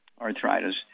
arthritis